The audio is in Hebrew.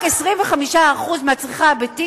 רק 25% מהצריכה הביתית.